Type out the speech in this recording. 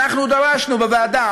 אנחנו דרשנו בוועדה.